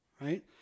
right